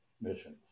missions